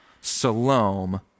Salome